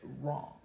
Wrong